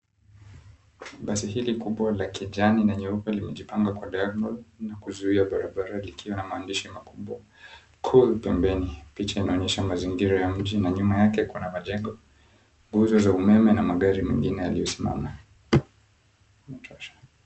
Basi hili kubwa la kijani na nyeupe limejipanga kwa diagonal na kuzuia barabara likiwa na maandishi makubwa, Cool pembeni, picha inaonyesha mazingira ya mji na nyuma yake kuna majengo, nguzo za umeme na magari mengine yaliyosimama.